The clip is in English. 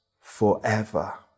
forever